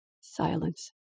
Silence